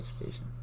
education